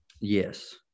Yes